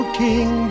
king